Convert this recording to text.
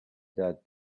that